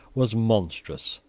was monstrous.